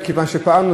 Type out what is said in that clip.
מכיוון שפעלנו,